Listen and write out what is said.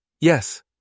Yes